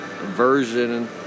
Version